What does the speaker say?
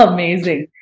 Amazing